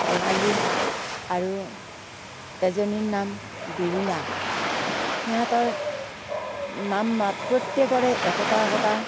শেৱালি আৰু এজনীৰ নাম বিৰিণা সিহঁতৰ নাম প্ৰত্য়েকৰে একোটা একোটা